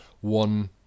one